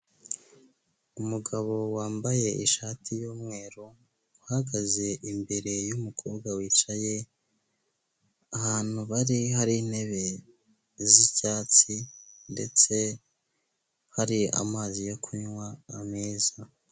Umugabo wambaye ishati yumweru, uhagaze imbere y'umukobwa wicaye ahantu bari hari intebe zicyatsi ndetse hari amazi yo kunywa meza.